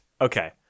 Okay